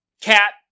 Cat